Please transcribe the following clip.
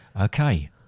Okay